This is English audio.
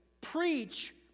preach